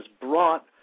brought